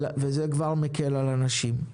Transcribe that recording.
זה כבר יקל על אנשים.